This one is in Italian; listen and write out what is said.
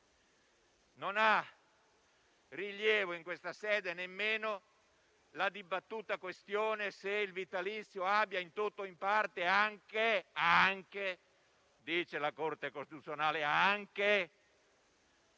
non ha rilievo in questa sede nemmeno la dibattuta questione se il vitalizio abbia, in tutto o in parte, anche - come afferma la Corte costituzionale -